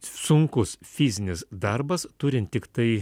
sunkus fizinis darbas turint tiktai